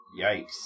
yikes